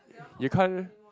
you can't